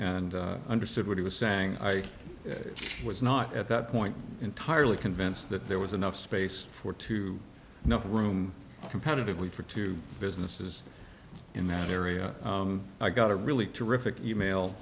and understood what he was saying i was not at that point entirely convinced that there was enough space for two enough room competitively for two businesses in that area i got a really terrific email